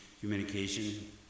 communication